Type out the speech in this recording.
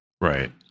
Right